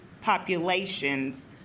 populations